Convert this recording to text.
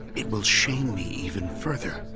it will shame me even further.